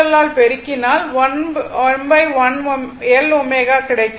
XL ஆல் பெருக்கினால் 1 l ω என கிடைக்கும்